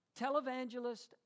televangelist